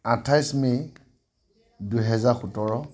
আঠাইছ মে' দুহেজাৰ সোতৰ